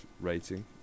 rating